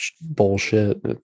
bullshit